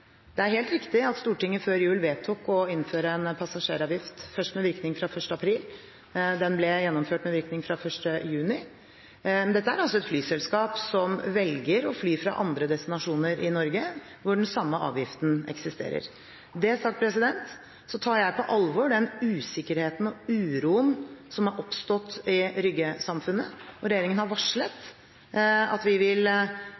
Det er helt riktig at Stortinget før jul vedtok å innføre en passasjeravgift, først med virkning fra 1. april, men den ble gjennomført med virkning fra 1. juni. Dette er altså et flyselskap som velger å fly fra andre destinasjoner i Norge, hvor den samme avgiften eksisterer. Når det sagt: Jeg tar på alvor den usikkerheten og uroen som har oppstått i Rygge-samfunnet, og regjeringen har